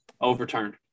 overturned